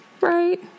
Right